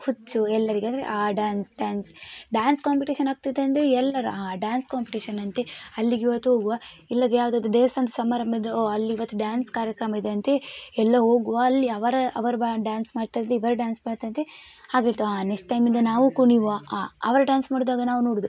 ಹುಚ್ಚು ಎಲ್ಲರಿಗೆ ಅಂದರೆ ಆ ಡ್ಯಾನ್ಸ್ ಡ್ಯಾನ್ಸ್ ಡ್ಯಾನ್ಸ್ ಕಾಂಪಿಟೇಷನ್ ಆಗ್ತಿದೆ ಅಂದರೆ ಎಲ್ಲರು ಹಾ ಡ್ಯಾನ್ಸ್ ಕಾಂಪಿಟೇಷನ್ ಅಂತೆ ಅಲ್ಲಿಗೆ ಇವತ್ತು ಹೋಗುವ ಇಲ್ಲದ್ರೆ ಯಾವುದಾದರು ದೇವಸ್ಥಾನದ ಸಮಾರಂಭಯಿದ್ದರೆ ಹೊ ಅಲ್ಲಿ ಇವತ್ತು ಡ್ಯಾನ್ಸ್ ಕಾರ್ಯಕ್ರಮಯಿದೆ ಅಂತೆ ಎಲ್ಲಾ ಹೋಗುವ ಅಲ್ಲಿ ಅವರ ಅವರು ಡ್ಯಾನ್ಸ್ ಮಾಡ್ತಾರಂತೆ ಇವರು ಡ್ಯಾನ್ಸ್ ಮಾಡ್ತಾರಂತೆ ಹಾಗೆ ಹೇಳ್ತೇವೆ ಹಾ ನೆಕ್ಸ್ಟ್ ಟೈಮಿಂದ ನಾವು ಕುಣಿಯುವ ಅವರು ಡ್ಯಾನ್ಸ್ ಮಾಡಿದಾಗ ನಾವು ನೋಡೋದು